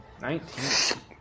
Nineteen